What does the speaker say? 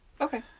Okay